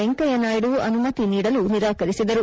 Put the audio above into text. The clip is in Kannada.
ವೆಂಕಯ್ಯನಾಯ್ತು ಅನುಮತಿ ನೀಡಲು ನಿರಾಕರಿಸಿದರು